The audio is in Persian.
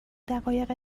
دقایق